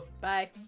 Bye